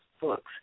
books